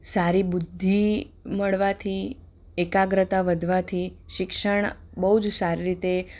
સારી બુદ્ધિ મળવાથી એકાગ્રતા વધવાથી શિક્ષણ બહુ જ સારી રીતે